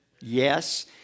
Yes